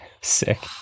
Sick